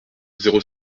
zéro